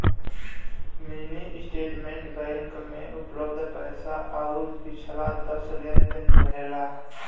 mini statement bank में उपलब्ध पैसा आउर पिछला दस लेन देन रहेला